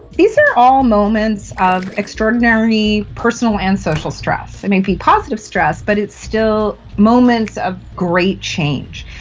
these are all moments of extraordinary personal and social stress. it may be positive stress but it's still moments of great change.